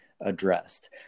addressed